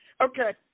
Okay